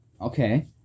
Okay